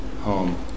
home